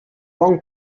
bon